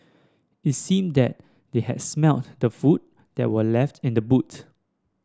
it seemed that they had smelt the food that were left in the boot